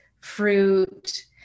fruit